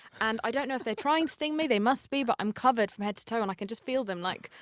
and i don't know if they're trying to sting me. they must be, but i'm covered from head to toe, and i can just feel them, like,